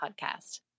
podcast